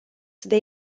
they